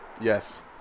Yes